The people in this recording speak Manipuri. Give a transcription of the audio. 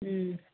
ꯎꯝ